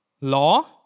law